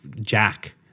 Jack